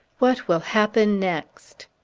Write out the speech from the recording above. what will happen next?